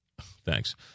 Thanks